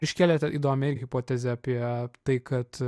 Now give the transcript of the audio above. iškėlėte įdomią hipotezę apie tai kad